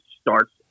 starts